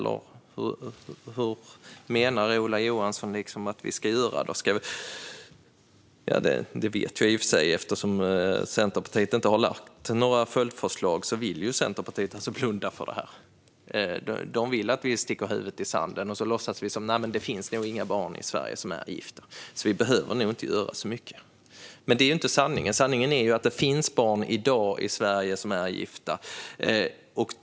Hur menar Ola Johansson att vi ska göra? Det vet jag i och för sig. Eftersom Centerpartiet inte har lagt fram några följdförslag vill Centerpartiet blunda för detta. De vill att vi sticker huvudet i sanden och låtsas: Det finns nog inga barn i Sverige som är gifta, så vi behöver nog inte göra så mycket. Det är inte sanningen. Sanningen är att det finns barn i dag i Sverige som är gifta.